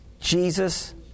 Jesus